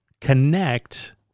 connect